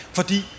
fordi